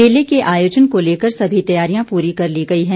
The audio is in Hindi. मेले के आयोजन को लेकर सभी तैयारियां पूरी कर ली गई है